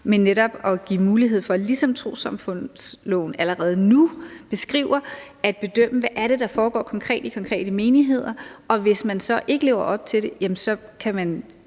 men netop at give mulighed for, ligesom trossamfundsloven allerede nu beskriver det, at bedømme, hvad det er, der foregår konkret i konkrete menigheder. Hvis man så ikke lever op til det, kan man